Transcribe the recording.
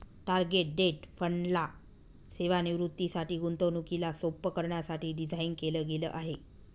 target date fund ला सेवानिवृत्तीसाठी, गुंतवणुकीला सोप्प करण्यासाठी डिझाईन केल गेल आहे